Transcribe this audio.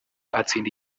atsinda